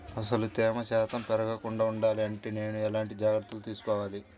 అసలు తేమ శాతం పెరగకుండా వుండాలి అంటే నేను ఎలాంటి జాగ్రత్తలు తీసుకోవాలి?